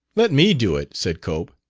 let me do it, said cope.